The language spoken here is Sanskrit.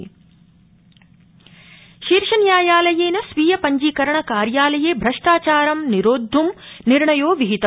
उच्चतम न्यायालय शीर्षन्यायालयेन स्वीय पञ्जीकरण कार्यालये भ्रष्टाचरणं निरोद्ध् निर्णयो विहित